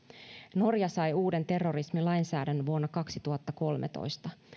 norja sai uuden terrorismilainsäädännön vuonna kaksituhattakolmetoista